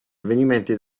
avvenimenti